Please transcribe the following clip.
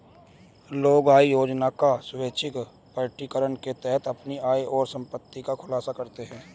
लोग आय योजना का स्वैच्छिक प्रकटीकरण के तहत अपनी आय और संपत्ति का खुलासा करते है